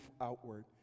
outward